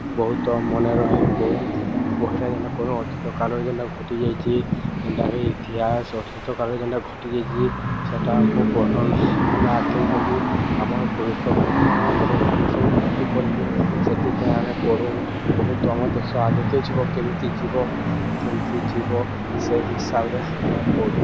ବହୁତ ମନେରହେ ଓ ବହିଟା ଯେନ୍ଟା ପଢ଼ୁ ଅତୀତ କାଳରେ ଯେନ୍ଟା ଘଟିଯାଇଚି ଜେନ୍ଟାକି ଇତିହାସ୍ ଅତୀତ କାଳରେ ଯେନ୍ଟାକି ଘଟିଯାଇଚି ସେଟା ଆମ୍କୁ ପସନ୍ଦ୍ ଆମେ ଆଗ୍କେ କେନ୍ତି ଆମର୍ ପୁରୁଷ ବହୁତ ଜିନିଷ ଉନ୍ନତି କରିବୁ ସେଥିପାଇଁ ଆମେ ପଢ଼ୁ ବହୁତ ଆମ ଦେଶ ଆଗ୍କେ ଯିବ କେମିତି ଯିବ କେମିତି ଯିବ ସେଇ ହିସାବରେ ଆମେ ପଢ଼ୁ